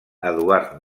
eduard